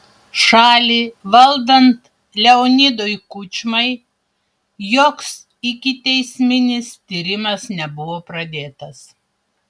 šalį valdant leonidui kučmai joks ikiteisminis tyrimas nebuvo pradėtas